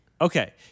okay